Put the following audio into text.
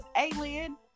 alien